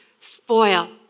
spoil